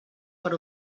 per